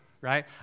right